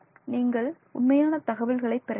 நீங்கள் நீங்கள் உண்மையான தகவல்களை பெற வேண்டும்